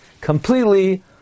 completely